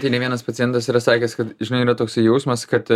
tai ne vienas pacientas yra sakęs kad žinai yra toksai jausmas kad